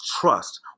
trust